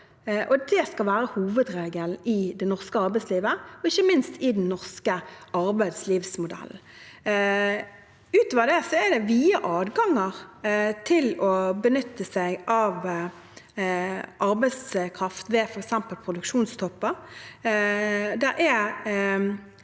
Det skal være hovedregelen i det norske arbeidslivet, og ikke minst i den norske arbeidslivsmodellen. Utover det er det vide adganger til å benytte seg av innleid arbeidskraft ved f.eks. produksjonstopper.